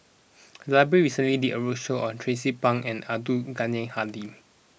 the library recently did a roadshow on Tracie Pang and Abdul Ghani Hamid